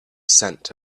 scent